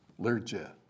Learjet